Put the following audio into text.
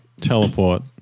teleport